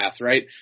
right